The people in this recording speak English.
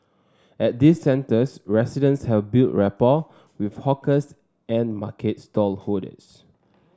at these centres residents have built rapport with hawkers and market stallholders